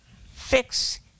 Fix